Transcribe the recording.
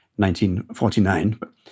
1949